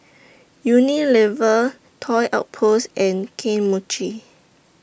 Unilever Toy Outpost and Kane Mochi